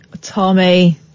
Tommy